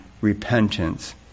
repentance